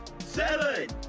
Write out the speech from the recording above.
Seven